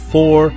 Four